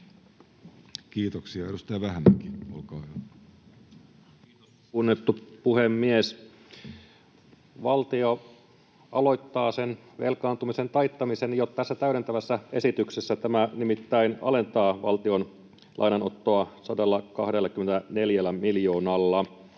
täydentämisestä Time: 14:26 Content: Kiitos, kunnioitettu puhemies! Valtio aloittaa velkaantumisen taittamisen jo tässä täydentävässä esityksessä. Tämä nimittäin alentaa valtion lainanottoa 124 miljoonalla